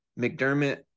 McDermott